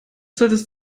solltest